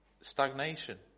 Stagnation